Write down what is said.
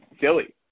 silly